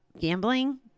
gambling